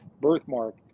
birthmark